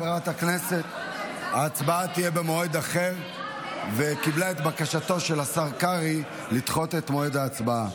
חברת הכנסת קיבלה את בקשתו של השר קרעי לדחות את מועד ההצבעה,